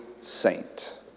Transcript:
saint